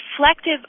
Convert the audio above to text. reflective